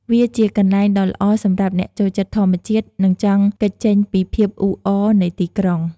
វាជាកន្លែងដ៏ល្អសម្រាប់អ្នកចូលចិត្តធម្មជាតិ និងចង់គេចចេញពីភាពអ៊ូអរនៃទីក្រុង។